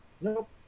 Nope